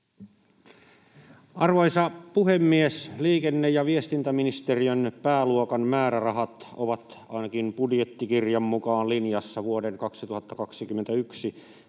Arvoisa puhemies! Liikenne- ja viestintäministeriön pääluokan määrärahat ovat ainakin budjettikirjan mukaan linjassa vuoden 2021